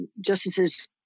justices